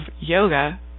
yoga